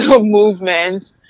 movement